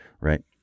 Right